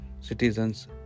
Citizens